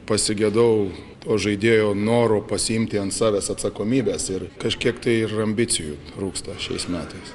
pasigedau to žaidėjo noro pasiimti ant savęs atsakomybės ir kažkiek tai ir ambicijų trūksta šiais metais